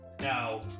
Now